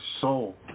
soul